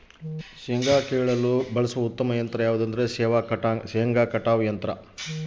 ಶೇಂಗಾ ಕೇಳಲು ಬಳಸುವ ಉತ್ತಮ ಯಂತ್ರ ಯಾವುದು?